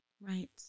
Right